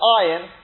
iron